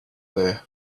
there